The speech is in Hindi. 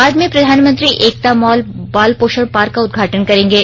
बाद में प्रधानमंत्री एकता मॉल बाल पोषण पार्क का उद्घाटन करेंगे